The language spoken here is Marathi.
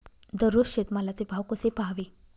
दररोज शेतमालाचे भाव कसे पहावे?